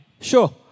Sure